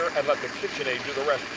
but the kitchen aid do the rest.